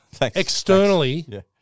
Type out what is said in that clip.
externally